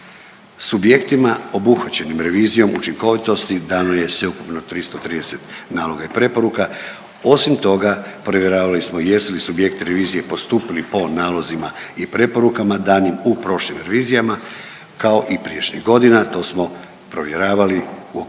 Subjektima obuhvaćenim revizijom učinkovitosti dano je sveukupno 330 naloga i preporuka. Osim toga, provjeravali smo jesu li subjekti revizije postupili po nalozima i preporukama danim u prošlim revizijama. Kao i prijašnjih godina to smo provjeravali u okviru